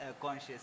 conscious